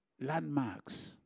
landmarks